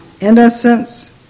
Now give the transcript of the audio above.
Innocence